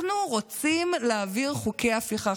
אנחנו רוצים להעביר חוקי הפיכה.